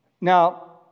Now